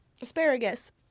Asparagus